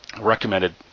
recommended